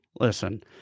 listen